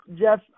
Jeff